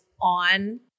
on